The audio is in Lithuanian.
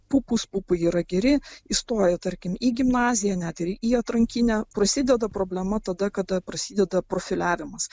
pupus pupai yra geri įstoja tarkim į gimnaziją net ir į atrankinę prasideda problema tada kada prasideda profiliavimas